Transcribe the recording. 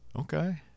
Okay